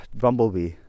Bumblebee